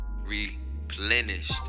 replenished